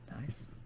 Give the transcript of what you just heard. nice